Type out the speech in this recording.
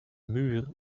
muur